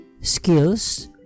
skills